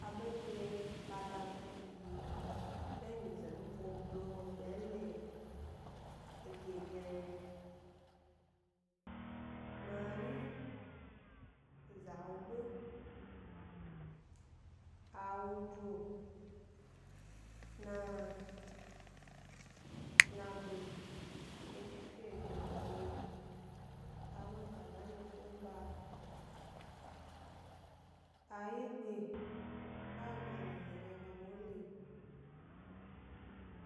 Abendye ba da zna fi e nyize nubo be bole e ke bmya m yna, gbmari, za wu be, a wudo tna tna gbe, he shi fede he wo dye abe kaza nyi snu e ba, awyigbe ba gna nyize gna gna bole,